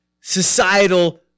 societal